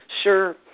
Sure